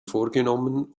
vorgenommen